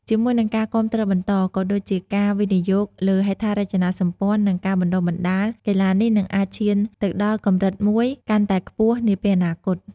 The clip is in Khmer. ជាមួយនឹងការគាំទ្របន្ត ក៏ដូចជាការវិនិយោគលើហេដ្ឋារចនាសម្ព័ន្ធ និងការបណ្តុះបណ្តាល កីឡានេះនឹងអាចឈានទៅដល់កម្រិតមួយកាន់តែខ្ពស់នាពេលអនាគត។